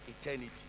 eternity